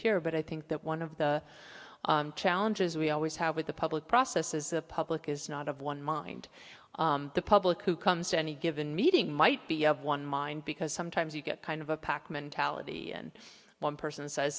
here but i think that one of the challenges we always have with the public process is the public is not of one mind the public who comes any given meeting might be of one mind because sometimes you get kind of a pack mentality and one person says